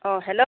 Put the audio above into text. অঁ হেল্ল'